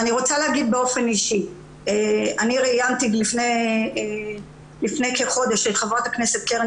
אני רוצה להגיד באופן אישי שלפני כחודש ראיינתי את חברת הכנסת קרן